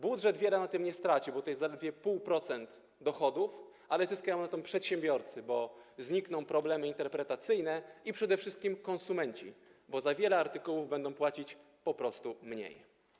Budżet wiele na tym nie straci, bo to jest zaledwie 0,5% dochodów, ale zyskają na tym przedsiębiorcy, bo znikną problemy interpretacyjne, i przede wszystkim konsumenci, bo za wiele artykułów będą płacić po prostu mniej.